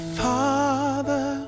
father